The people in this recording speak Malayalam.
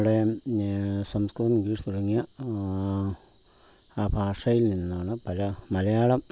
നമ്മുടെ സംസ്കൃതം ഇംഗ്ലീഷ് തുടങ്ങിയ ആ ഭാഷയില് നിന്നാണ് പല മലയാളം